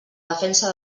defensa